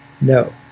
no